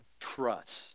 trust